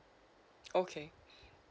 okay